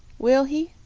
will he?